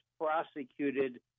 prosecuted